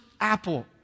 apple